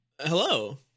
hello